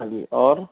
ہاں جی اور